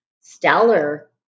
stellar